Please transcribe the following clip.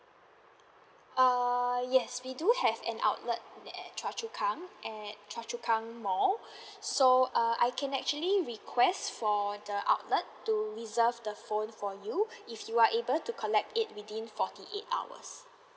uh yes we do have an outlet at choa chu kang at choa chu kang mall so uh I can actually request for the outlet to reserve the phone for you if you are able to collect it within forty eight hours